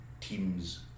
teams